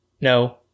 No